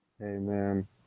Amen